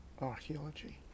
archaeology